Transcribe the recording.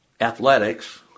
athletics